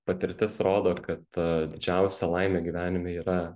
patirtis rodo kad didžiausia laimė gyvenime yra